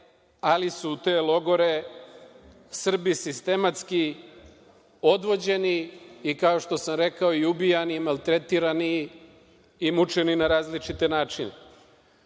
ali su u te logore Srbi sistematski odvođeni i, kao što sam rekao, ubijani, maltretirani i mučeni na različite načine.U